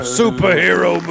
superhero